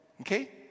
Okay